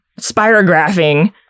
spirographing